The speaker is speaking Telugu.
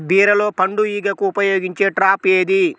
బీరలో పండు ఈగకు ఉపయోగించే ట్రాప్ ఏది?